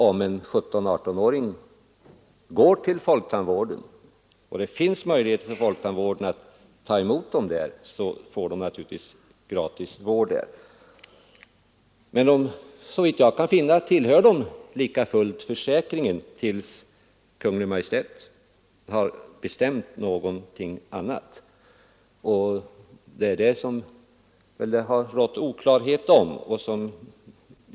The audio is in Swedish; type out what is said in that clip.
Om en 17—19-åring går till folktandvården och det finns möjlighet för den att ta emot honom, får han naturligtvis gratis vård. Såvitt jag kan finna tillhör den här åldersgruppen likafullt försäkringen tills Kungl. Maj:t har bestämt någonting annat. Det är väl detta som det har rått oklarhet om.